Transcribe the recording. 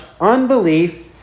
unbelief